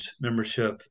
membership